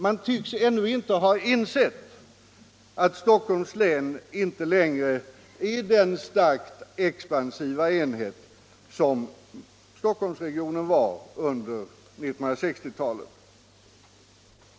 Man tycks ännu inte ha insett att Stockholms län inte längre är den starkt expansiva enhet som Stockholmsregionen var under 1960-talet.